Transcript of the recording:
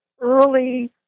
early